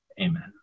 Amen